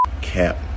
cap